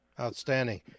outstanding